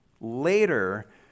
later